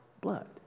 blood